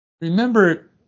Remember